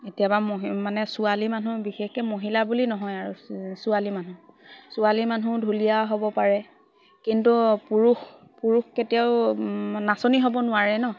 এতিয়াবা মহ মানে ছোৱালী মানুহ বিশেষকে মহিলা বুলি নহয় আৰু ছোৱালী মানুহ ছোৱালী মানুহ ঢুলীয়া হ'ব পাৰে কিন্তু পুৰুষ পুৰুষ কেতিয়াও নাচনি হ'ব নোৱাৰে ন